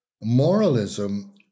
Moralism